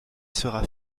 sera